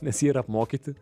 nes jie yra apmokyti